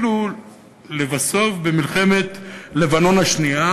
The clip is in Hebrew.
שהחילו לבסוף במלחמת לבנון השנייה,